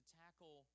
tackle